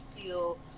feel